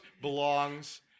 belongs